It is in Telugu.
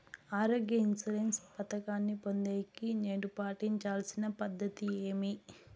ఆరోగ్య ఇన్సూరెన్సు పథకాన్ని పొందేకి నేను పాటించాల్సిన పద్ధతి ఏమి?